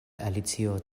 alicio